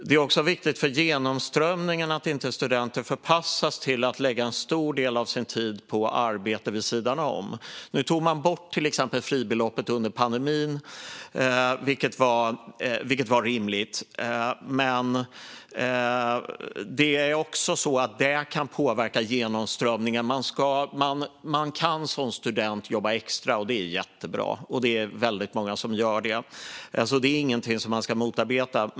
Det är också viktigt för genomströmningen att studenter inte förpassas till att lägga en stor del av sin tid på arbete vid sidan om. Under pandemin tog man bort fribeloppet, vilket var rimligt, men det är ändå så att det kan påverka genomströmningen. Man kan som student jobba extra, och det är jättebra. Väldigt många gör det, och det ska vi inte motarbeta.